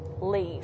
leave